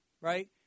right